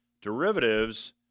derivatives